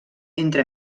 entre